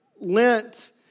Lent